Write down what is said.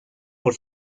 por